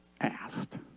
asked